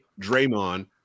Draymond